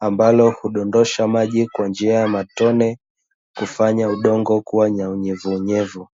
ambalo hudondosha maji kwa njia ya matone, kufanya udongo kuwa na unyevuunyevu.